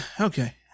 okay